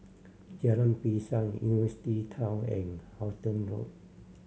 Jalan Pisang University Town and Halton Road